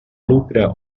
lucre